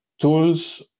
tools